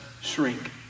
shrink